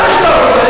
מתי שאתה רוצה,